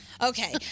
Okay